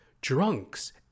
drunks